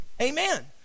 Amen